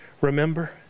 remember